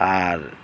ᱟᱨ